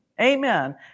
Amen